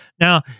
Now